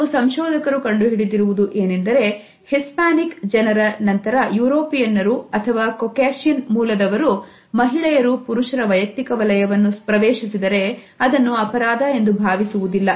ಕೆಲವು ಸಂಶೋಧಕರು ಕಂಡು ಹಿಡಿದಿರುವುದು ಏನೆಂದರೆ Hispanic ಜನರ ನಂತರ ಯುರೋಪಿಯನ್ನರು ಅಥವಾ Caucasian ಮೂಲದವರು ಮಹಿಳೆಯರು ಪುರುಷರ ವೈಯಕ್ತಿಕ ವಲಯವನ್ನು ಪ್ರವೇಶಿಸಿದರೆ ಅದನ್ನು ಅಪರಾಧ ಎಂದು ಭಾವಿಸುವುದಿಲ್ಲ